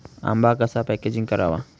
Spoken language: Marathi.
आंबा कसा पॅकेजिंग करावा?